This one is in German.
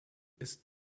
ist